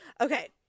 okay